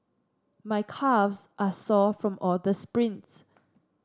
my calves are sore from all the sprints